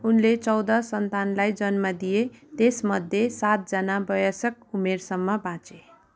उनले चौध सन्तानलाई जन्म दिए त्यसमध्ये सातजना वयस्क उमेरसम्म बाँचे